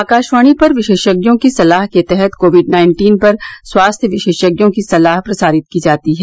आकाशवाणी पर विशेषज्ञों की सलाह के तहत कोविड नाइन्टीन पर स्वास्थ्य विशेषज्ञों की सलाह प्रसारित की जाती है